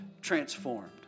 transformed